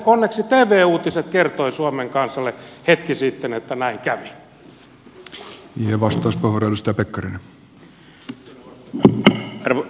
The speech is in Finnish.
onneksi tv uutiset kertoivat suomen kansalle hetki sitten että näin kävi